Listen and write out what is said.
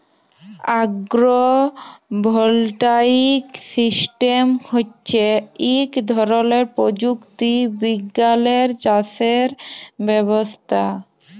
আগ্র voltaic system হচ্যে ইক ধরলের প্রযুক্তি বিজ্ঞালের চাসের ব্যবস্থা